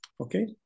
Okay